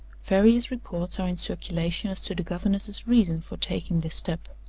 various reports are in circulation as to the governess's reason for taking this step.